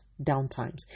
downtimes